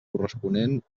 corresponent